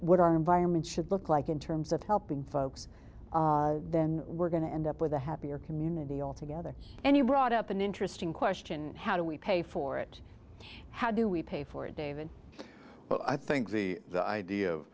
what our environment should look like in terms of helping folks then we're going to end up with a happier community altogether and you brought up an interesting question how do we pay for it how do we pay for it david but i think the idea of